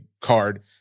card